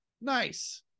Nice